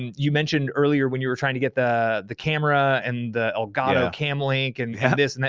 and you mentioned earlier when you were trying to get the the camera and the elgato cam link and yeah this and that.